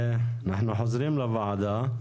אנחנו חוזרים לוועדה,